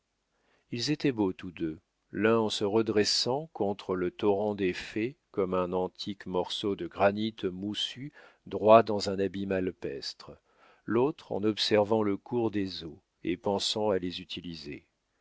ils étaient beaux tous deux l'un en se redressant contre le torrent des faits comme un antique morceau de granit moussu droit dans un abîme alpestre l'autre en observant le cours des eaux et pensant à les utiliser